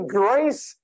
grace